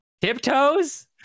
Tiptoes